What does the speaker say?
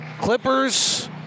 Clippers